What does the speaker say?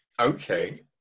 Okay